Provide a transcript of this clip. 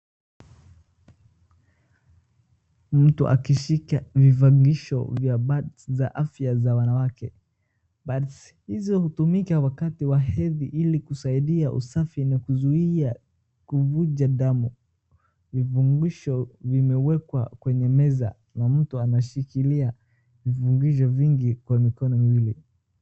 Mtu akishika vifungasho vya pads za afya za wanawake. Pads hizo hutumika wakati wa hedhi ili kusaidia usafi na kuzuia kuvuja damu. Vifungisho vimewekwa kwenye meza na mtu anashikilia vifungisho vingi kwa mikono miwili.